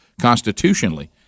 constitutionally